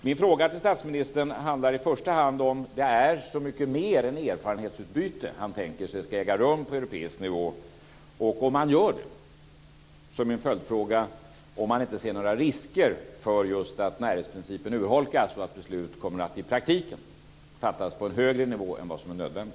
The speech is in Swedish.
Min fråga till statsministern handlar i första hand om ifall det är så mycket mer än erfarenhetsutbyte han tänker sig ska äga rum på europeisk nivå, och om man gör det, är min följdfråga om han inte ser några risker för just att närhetsprincipen urholkas så att besluten i praktiken kommer att fattas på en högre nivå än vad som är nödvändigt.